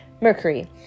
Mercury